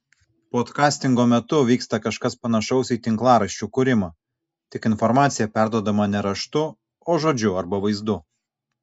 podkastingo metu vyksta kažkas panašaus į tinklaraščių kūrimą tik informacija perduodama ne raštu o žodžiu arba vaizdu